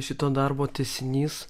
šito darbo tęsinys